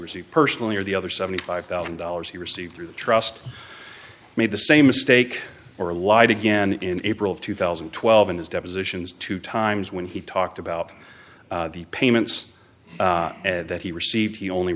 received personally or the other seventy five thousand dollars he received through the trust made the same mistake or lied again in april of two thousand and twelve in his depositions two times when he talked about the payments that he received he only